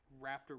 Raptor